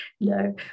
No